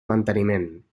manteniment